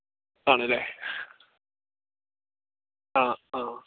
ആണ് അല്ലേ ആ ആ